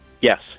Yes